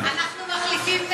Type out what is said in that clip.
אנחנו מחליפים,